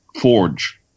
Forge